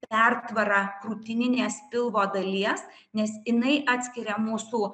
pertvara krūtininės pilvo dalies nes jinai atskiria mūsų